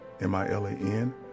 M-I-L-A-N